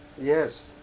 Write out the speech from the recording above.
Yes